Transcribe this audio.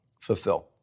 fulfill